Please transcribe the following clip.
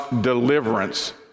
deliverance